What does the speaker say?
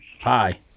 Hi